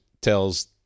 tells